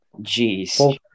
Jeez